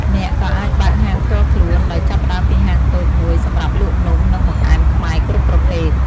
អ្នកក៏អាចបើកហាងផ្ទាល់ខ្លួន ដោយចាប់ផ្ដើមពីហាងតូចមួយសម្រាប់លក់នំ និងបង្អែមខ្មែរគ្រប់ប្រភេទ។